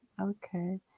Okay